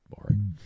boring